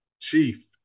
Chief